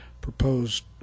proposed